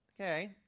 Okay